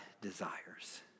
desires